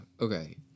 okay